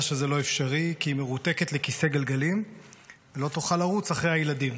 שזה לא אפשרי כי היא מרותקת לכיסא גלגלים ולא תוכל לרוץ אחרי הילדים.